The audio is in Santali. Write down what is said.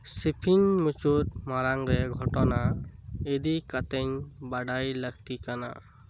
ᱥᱤᱯᱷᱤᱝ ᱢᱩᱪᱟᱹᱫ ᱢᱟᱲᱟᱝ ᱨᱮ ᱜᱷᱚᱴᱚᱱᱟ ᱤᱫᱤ ᱠᱟᱛᱮᱧ ᱵᱟᱰᱟᱭ ᱞᱟᱹᱠᱛᱤ